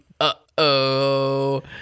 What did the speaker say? Uh-oh